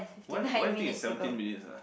why why do you think is seventeen minutes ah